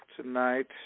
tonight